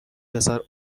پسر